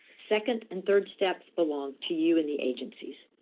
second and third steps belong to you and the agencies.